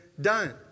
done